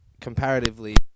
comparatively